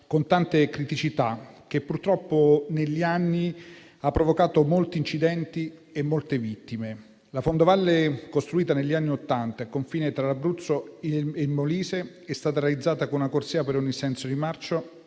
con tante criticità che, purtroppo, negli anni, ha provocato molti incidenti e molte vittime. La fondovalle Trignina, costruita negli anni Ottanta al confine tra l'Abruzzo e il Molise, è stata realizzata con una corsia per ogni senso di marcia